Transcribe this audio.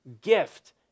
gift